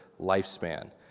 lifespan